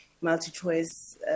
multi-choice